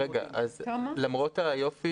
למרות היופי